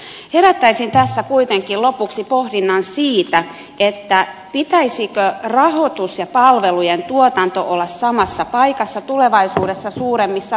herättäisin tässä kuitenkin lopuksi pohdinnan siitä pitäisikö rahoituksen ja palvelujen tuotannon olla samassa paikassa tulevaisuudessa suuremmissa peruskunnissa